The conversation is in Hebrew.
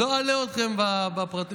לא אלאה אתכם בפרטים,